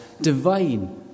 divine